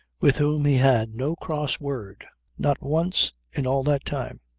with whom he had no cross word not once in all that time.